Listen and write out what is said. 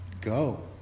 Go